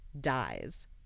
dies